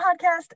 Podcast